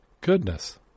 Goodness